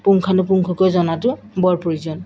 পুংখানুপুংখকৈ জনাতো বৰ প্ৰয়োজন